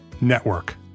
Network